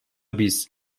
biz